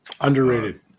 Underrated